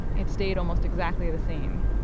it stayed almost exactly the same.